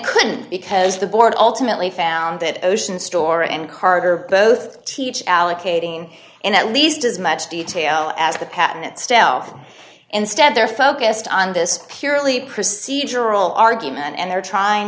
couldn't because the board ultimately found that ocean store and carter both teach allocating and at least as much detail as the patent stealth instead they're focused on this purely procedural argument and they're trying